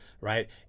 right